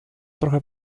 trochę